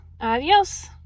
Adios